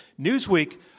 Newsweek